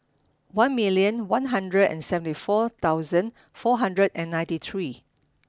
one million one hundred and seventy four thousand four hundred and ninty three